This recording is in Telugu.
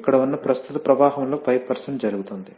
ఇక్కడ ఉన్న ప్రస్తుత ప్రవాహంలో 5 జరుగుతుంది